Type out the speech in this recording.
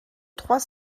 trois